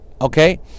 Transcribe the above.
okay